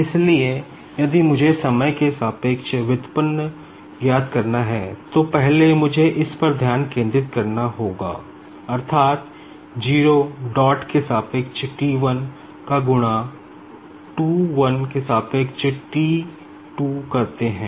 इसलिए यदि मुझे समय के सापेक्ष व्युत्पन्न ज्ञात करना है तो पहले मुझे इस पर ध्यान केंद्रित करना होगा अर्थात 0 dot के सापेक्ष T 1 का गुणा to1 के सापेक्ष T 2 करते है